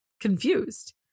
confused